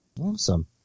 awesome